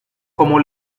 como